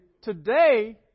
today